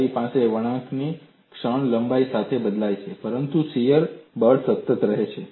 તમારી પાસે વાળવાની ક્ષણ લંબાઈ સાથે બદલાય છે પરંતુ શીયર બળ સતત રહે છે